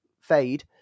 Fade